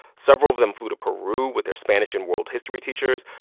several of them flew to peru with their spanish and world history teachers.